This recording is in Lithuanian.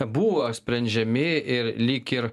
buvo sprendžiami ir lyg ir